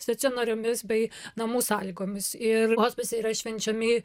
stacionariomis bei namų sąlygomis ir hospise yra švenčiami